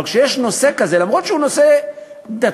אבל כשיש נושא כזה, למרות שהוא נושא דתי,